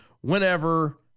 whenever